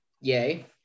yay